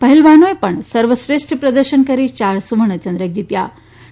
પહેલવાનોએ પણ સર્વશ્રેષ્ઠ પ્રદર્શન કરીને ચાર સુવર્ણ ચંદ્રક જીતી લીધા